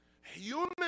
human